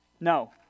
No